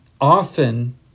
Often